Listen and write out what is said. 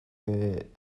que